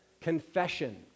Confession